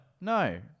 No